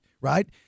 right